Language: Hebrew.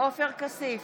עופר כסיף,